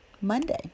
Monday